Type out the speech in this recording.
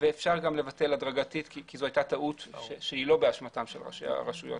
ואפשר לבטל הדרגתית כי זו היתה טעות שלא באשמת ראשי הרשויות.